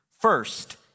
First